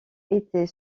était